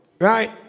right